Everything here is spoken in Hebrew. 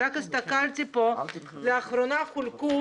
אם הנתונים שבידי נכונים, לאחרונה חולקו